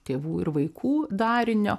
tėvų ir vaikų darinio